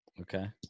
okay